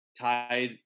tied